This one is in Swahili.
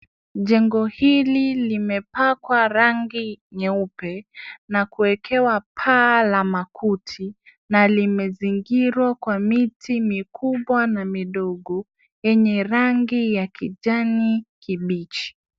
Jengo hili limepakwa rangi nyeupe na kuekewa paa la makuti na limezingirwa kwa miti mikubwa na midogo yenye rangi ya kijani kibichi.